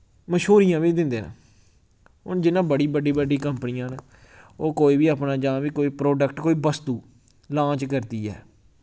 मशूरियां बी दिंदे न हून जि'यां बड़ी बड्डी बड्डी कम्पनियां न ओह् कोई बी अपना जां बी कोई प्रोडैक्ट कोई बस्तु लांच करदी ऐ